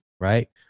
Right